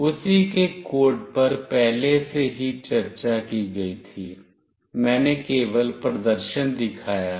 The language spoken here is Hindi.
उसी के कोड पर पहले से ही चर्चा की गई थी मैंने केवल प्रदर्शन दिखाया है